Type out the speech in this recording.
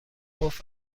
گفت